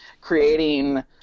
creating